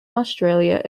australia